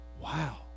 wow